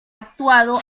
actuado